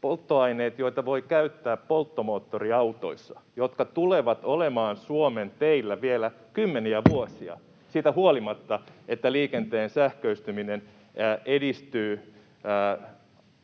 polttoaineet, joita voi käyttää polttomoottoriautoissa, jotka tulevat olemaan Suomen teillä vielä kymmeniä vuosia siitä huolimatta, että liikenteen sähköistyminen edistyy